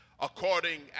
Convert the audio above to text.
according